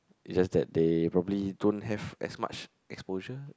it's just that they probably don't have as much exposure